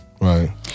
right